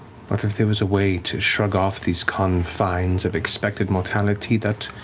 what if there was a way to shrug off these confines of expected mortality that